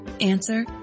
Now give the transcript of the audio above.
answer